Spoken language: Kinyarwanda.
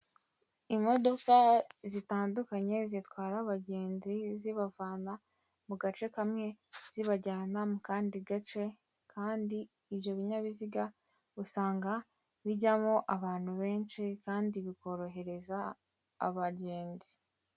imodoka zitandukanye zitwara abagenzi zibavana mugace kamwe zibajyana mukandi gace kandi ibyo binyabiziga usanga bijyamo abantu benshi kandi bikorohereza abagenzi.